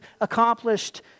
accomplished